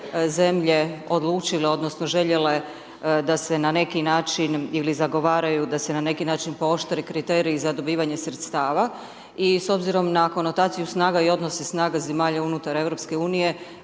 zemlje odlučile odnosno željele da se na neki način, ili zagovaraju da se na neki način pooštre kriteriji za dobivanje sredstava, i s obzirom na konotaciju snaga i odnose snaga zemlja unutar